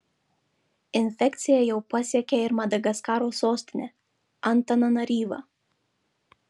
infekcija jau pasiekė ir madagaskaro sostinę antananaryvą